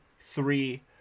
three